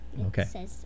Okay